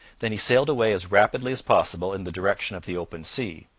then he sailed away as rapidly as possible in the direction of the open sea.